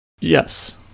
Yes